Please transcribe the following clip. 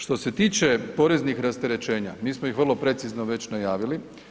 Što se tiče poreznih rasterećenja, mi smo ih vrlo precizno već najavili.